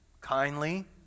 kindly